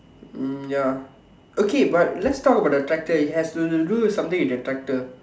um ya okay but let's talk about the tractor it has to do something with the tractor